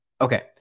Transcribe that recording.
Okay